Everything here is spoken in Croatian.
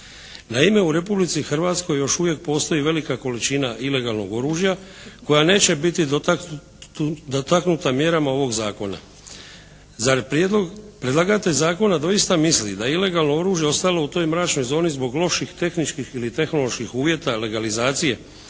Naime, u Republici Hrvatskoj još uvijek postoji velika količina ilegalnog oružja koja neće biti dotaknuta mjerama ovog Zakona. Zar predlagatelj zakona doista misli da ilegalno oružje ostalo u toj mračnoj zoni zbog loših tehničkih ili tehnoloških uvjeta legalizacije